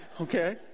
okay